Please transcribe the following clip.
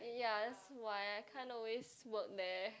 ya that's why I can't always work there